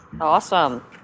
Awesome